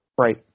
Right